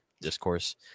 discourse